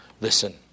Listen